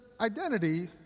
identity